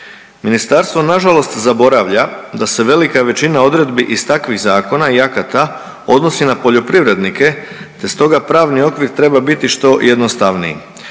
Ministarstvo nažalost zaboravlja da se velika većina odredbi iz takvih zakona i akata odnosi na poljoprivrednike, te stoga pravni okvir treba biti što jednostavniji,